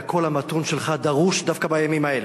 והקול המתון שלך דרוש דווקא בימים האלה.